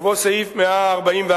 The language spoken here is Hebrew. ובו סעיף 144(ו),